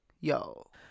Yo